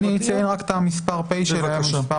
אני אציין רק את המספר פ' שלהן.